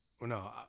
No